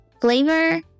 flavor